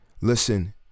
Listen